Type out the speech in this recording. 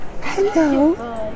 Hello